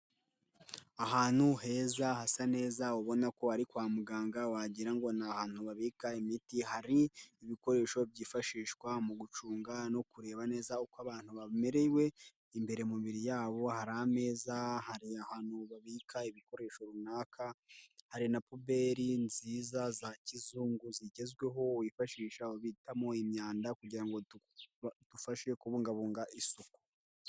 Ahantu heza hasa neza ubona ko ari kwa muganga, wagirango ngo ni ahantu habika imiti, hari ibikoresho byifashishwa mu gucunga no kureba neza uko abantu bamerewe imbere mu mibiri yabo, hari ameza, hari ahantu babika ibikoresho runaka, hari na puberi nziza za kizungu zigezweho wifashisha ubitamo imyanda kugira ngo dufashe kubungabunga isuku.